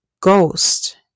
ghost